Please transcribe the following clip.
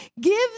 Give